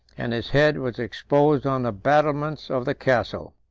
and his head was exposed on the battlements of the castle.